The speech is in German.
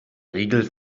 regel